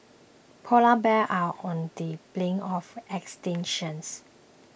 Polar Bears are on the brink of extinctions